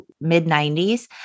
mid-90s